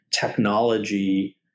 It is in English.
technology